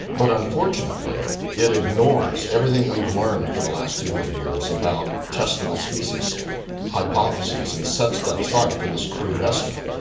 but unfortunately it ignores everything we've learned for the last two hundred years about testable species hypotheses and sets that aside for this crude estimate.